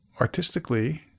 artistically